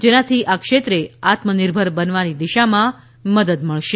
જેનાથી આ ક્ષેત્રે આત્મનિર્ભર બનવાની દિશામાં મદદ મળશે